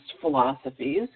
philosophies